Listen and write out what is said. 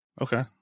Okay